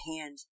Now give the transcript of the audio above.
hand